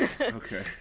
Okay